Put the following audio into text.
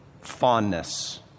fondness